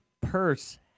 purse